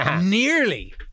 Nearly